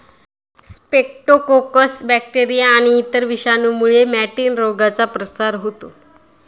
Streptococcus bacteria आणि इतर विषाणूंमुळे मॅटिन रोगाचा प्रसार होतो